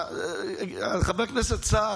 חשבתי שאתה,